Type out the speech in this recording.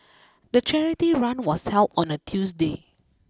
the charity run was held on a Tuesday